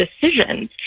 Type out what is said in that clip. decisions